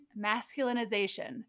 masculinization